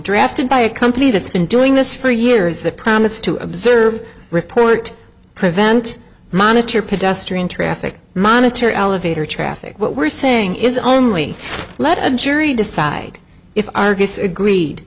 drafted by a company that's been doing this for years that promise to observe report prevent monitor pedestrian traffic monitor elevator traffic what we're saying is only let a jury decide if